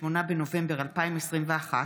8 בנובמבר 2021,